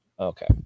Okay